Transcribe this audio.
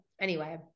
anyway-